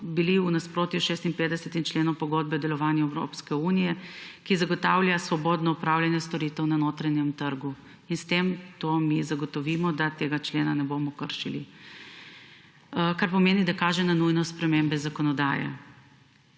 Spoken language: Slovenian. bili v nasprotju s 56. členom Pogodbe o delovanju Evropske unije, ki zagotavlja svobodno opravljanje storitev na notranjem trgu. S tem mi zagotovimo, da tega člena ne bomo kršili, kar pomeni, da kaže na nujnost spremembe zakonodaje.